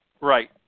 Right